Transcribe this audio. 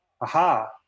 aha